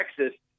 Texas